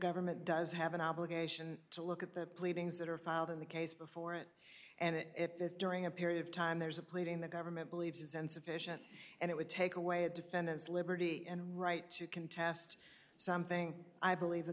government does have an obligation to look at the pleadings that are filed in the case before it and if during a period of time there's a pleading the government believes is insufficient and it would take away a defendant's liberty and right to contest something i believe the